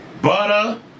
Butter